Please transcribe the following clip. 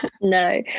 No